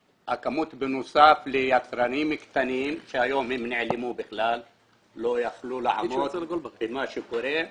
בנוסף לכך יש יצרנים קטנים שהיום נעלמו כי לא יכלו לעמוד במה שקורה.